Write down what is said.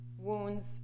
wounds